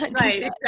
right